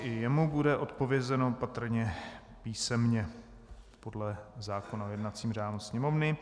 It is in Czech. I jemu bude odpovězeno patrně písemně podle zákona o jednacím řádu Sněmovny.